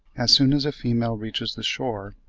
as soon as a female reaches the shore,